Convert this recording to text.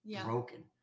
broken